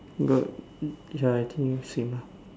got ya I think same lah